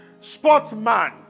sportsman